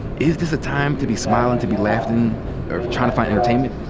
is this a time to be smilin', to be laughin', or tryin' to find entertainment?